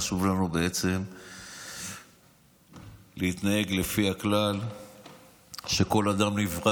חשוב לנו בעצם להתנהג לפי הכלל שכל אדם נברא